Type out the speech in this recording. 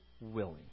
willing